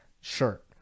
shirt